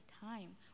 time